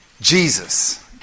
Jesus